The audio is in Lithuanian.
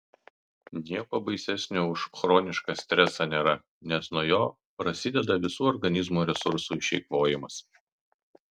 nieko baisesnio už chronišką stresą nėra nes nuo jo prasideda visų organizmo resursų išeikvojimas